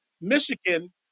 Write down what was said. Michigan